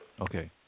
Okay